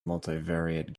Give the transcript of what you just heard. multivariate